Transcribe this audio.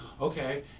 Okay